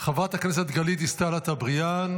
חברת הכנסת גלית דיסטל אטבריאן,